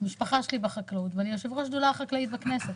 המשפחה שלי בחקלאות ואני יושבת ראש השדולה החקלאית בכנסת,